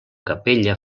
capella